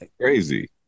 Crazy